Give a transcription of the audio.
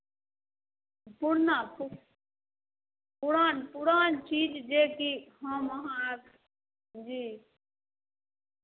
पुरना पुरान पुरान चीज जेकि हम अहाँ जी